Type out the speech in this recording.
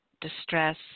distress